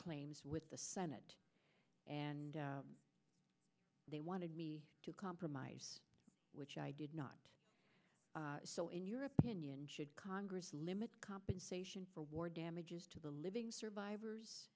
planes with the senate and they wanted me to compromise which i did not so in your opinion should congress limit compensation for war damages to the living survivors